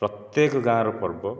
ପ୍ରତ୍ୟେକ ଗାଁର ପର୍ବ